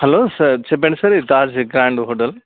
hello sir చెప్పండి sir ఇది Taj Grand hotel